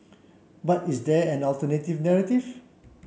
but is there an alternative narrative